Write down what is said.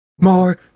More